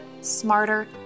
smarter